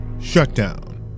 shutdown